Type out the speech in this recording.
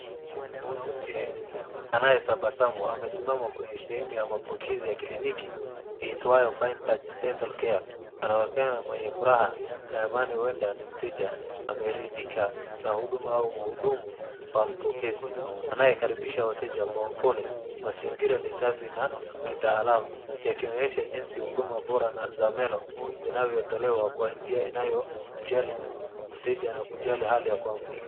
Mwanamke anayetabasamu amesimama kwenye sehemu ya mapokezi ya kliniki itowayo Fine Touch Dental Care . Anaonekana mwenye furaha na amani, huenda ni mteja ameridhika na huduma au mhudumu wa mapokezi anayekaribisha wateja kwa upole. Mazingira ni safi na kitaalamu, yakionyesha jinsi huduma bora za meno zinavyotolewa kwa njia inayomjali mteja na kujali hali ya kuamini.